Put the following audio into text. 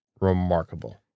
remarkable